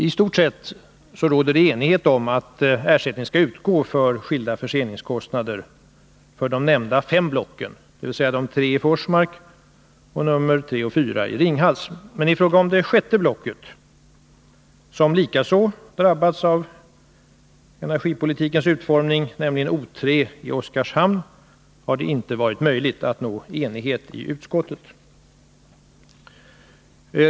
I stort sett råder det enighet om att ersättning skall utgå för skilda förseningskostnader för de nämnda fem blocken, dvs. de tre blocken i Forsmark och nr 3 och 4 i Ringhals. Men i fråga om det sjätte blocket som likaså drabbats av energipolitikens utformning, nämligen O 3 i Oskarshamn, har det inte varit möjligt att nå enighet i utskottet.